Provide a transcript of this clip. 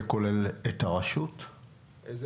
זה כולל את הרשות הפלסטינית?